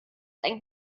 ein